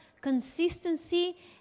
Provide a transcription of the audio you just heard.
consistency